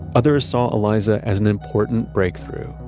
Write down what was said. others saw eliza as an important breakthrough,